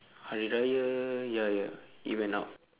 hari-raya ya ya he went out